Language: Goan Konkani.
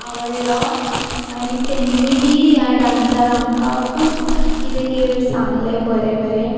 आवडलो आनी तेनी बी ह्या डांसार आमकां खूब किदें किदें सांगलें बरें बरें